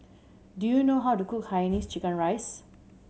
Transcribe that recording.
do you know how to cook Hainanese chicken rice